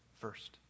first